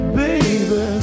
baby